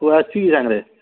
ପୁଅ ଅସିଛି କି ସାଙ୍ଗରେ